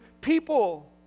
people